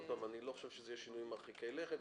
אני לא חושב שאלה יהיו שינויים מרחיקי לכת,